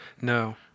No